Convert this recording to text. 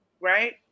right